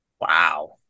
Wow